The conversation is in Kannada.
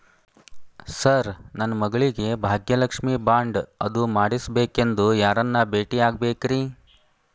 ಸರ್ ನನ್ನ ಮಗಳಿಗೆ ಭಾಗ್ಯಲಕ್ಷ್ಮಿ ಬಾಂಡ್ ಅದು ಮಾಡಿಸಬೇಕೆಂದು ಯಾರನ್ನ ಭೇಟಿಯಾಗಬೇಕ್ರಿ?